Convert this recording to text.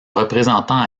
représentant